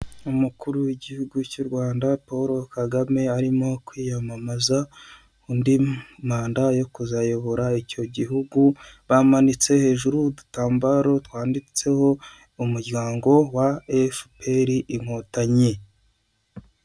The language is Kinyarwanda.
Umukuru w'igihugu cy'u Rwanda Poro Kagame arimo kwiyamamaza indi manda yo kuzayobora icyo gihugu, bamanitse hejuru udutambaro twanditseho umuryango wa efuperi inkotanyi.